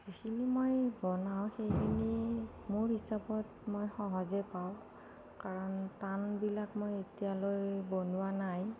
যিখিনি মই বনাওঁ সেইখিনি মোৰ হিচাপত মই সহজে পাৰোঁ কাৰণ টানবিলাক মই এতিয়ালৈ বনোৱা নাই